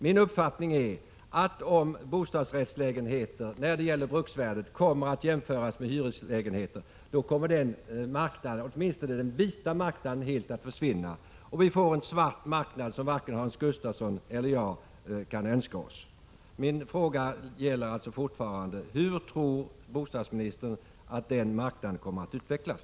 Min uppfattning är att om bostadsrättslägenheter när det gäller bruksvärdet skall jämföras med hyreslägenheter, kommer den marknaden — åtminstone den vita marknaden — helt att försvinna. Vi får en svart marknad, som varken Hans Gustafsson eller jag kan önska oss. Min fråga gäller alltså fortfarande: Hur tror bostadsministern att den marknaden kommer att utvecklas?